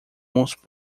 most